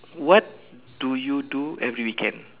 what do you do every weekend